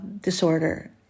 disorder